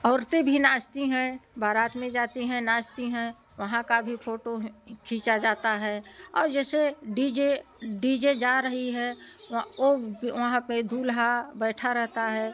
औरतें नाचती हैं बारात में जाती हैं नाचती हैं वहाँ का भी फ़ोटो है खींचा जाता है औ जैसे डी जे डी जे जा रही है ओ ब वहाँ पर दूल्हा बैठा रहता है